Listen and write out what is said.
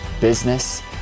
business